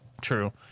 true